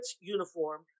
uniform